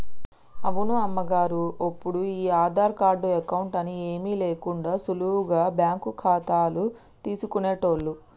అవును అమ్మగారు ఒప్పుడు ఈ ఆధార్ కార్డు అకౌంట్ అని ఏమీ లేకుండా సులువుగా బ్యాంకు ఖాతాలు తీసుకునేటోళ్లు